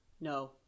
no